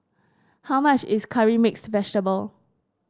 how much is Curry Mixed Vegetable